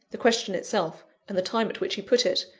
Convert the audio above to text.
the question itself, and the time at which he put it,